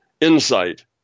insight